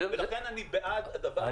לכן אני בעד הדבר הזה.